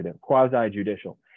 quasi-judicial